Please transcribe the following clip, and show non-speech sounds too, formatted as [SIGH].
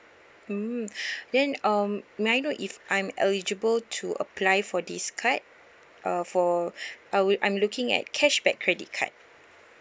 mm [BREATH] then um may I know if I'm eligible to apply for this card uh for [BREATH] I would I'm looking at cashback credit card